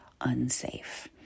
unsafe